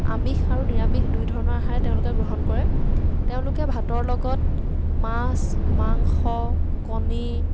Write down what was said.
আমিষ আৰু নিৰামিষ দুইধৰণৰ আহাৰে তেওঁলোকে গ্ৰহণ কৰে তেওঁলোকে ভাতৰ লগত মাছ মাংস কণী